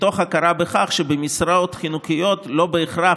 מתוך הכרה בכך שבמשרות חינוכיות לא בהכרח